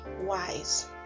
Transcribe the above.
wise